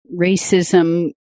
racism